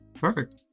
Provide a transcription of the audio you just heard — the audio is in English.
Perfect